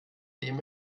dem